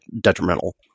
detrimental